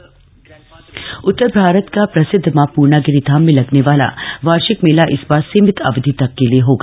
पुर्णागिरी धाम उतर भारत का प्रसिदध मां पूर्णागिरी धाम में लगने वाला वार्षिक मेला इस बार सीमित अवधि तक के लिए होगा